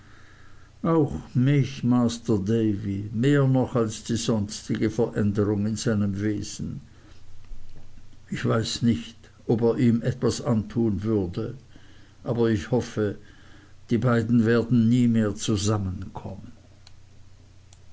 auch mich masr davy mehr noch als die sonstige veränderung in seinem wesen ich weiß nicht ob er ihm etwas antun würde aber ich hoffe die beiden werden nie mehr zusammenkommen